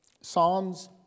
Psalms